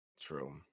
True